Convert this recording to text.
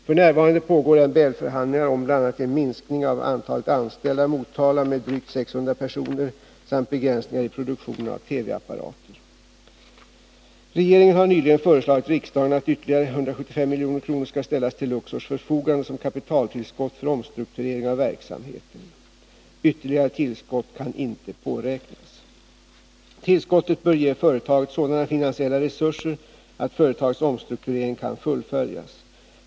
F.n. pågår MBL förhandlingar om bl.a. en minskning av antalet anställda i Motala med drygt 600 personer samt begränsningar i produktionen av TV-apparater. Regeringen har nyligen föreslagit riksdagen att ytterligare 175 milj.kr. skall ställas till Luxors förfogande som kapitaltillskott för omstrukturering av verksamheten . Ytterligare tillskott kan inte påräknas. Tillskottet bör ge företaget sådana finansiella resurser att företagets omstrukturering kan fullföljas.